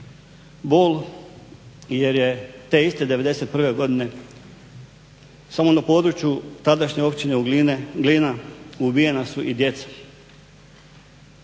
Bol jer je te iste 1991. godine samo na području tadašnje općine Glina ubijena su i djeca.